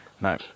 No